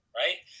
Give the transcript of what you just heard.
right